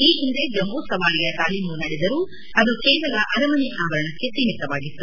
ಈ ಹಿಂದೆ ಜಂಬೂ ಸವಾರಿಯ ತಾಲೀಮು ನಡೆದರೂ ಅದು ಕೇವಲ ಅರಮನೆ ಆವರಣಕ್ಕೆ ಸೀಮಿತವಾಗಿತ್ತು